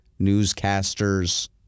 newscasters